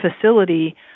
facility